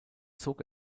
zog